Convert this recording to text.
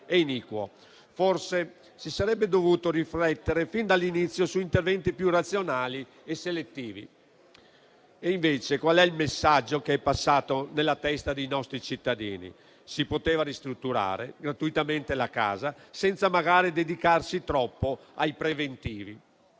Forse si sarebbe dovuto riflettere fin dall'inizio su interventi più razionali e selettivi. E invece qual è il messaggio che è passato nella testa dei nostri cittadini? Si poteva ristrutturare gratuitamente la casa, senza magari dedicarsi troppo ai preventivi.